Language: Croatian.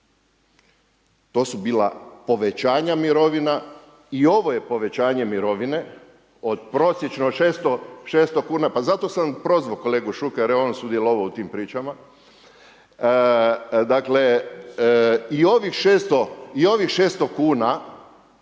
To su bila povećanja mirovina. I ovo je povećanje mirovine od prosječno 600 kuna, pa zato sam prozvao kolegu Šuker je on sudjelovao u tim pričama. Dakle i ovih 600 kuna